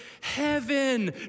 heaven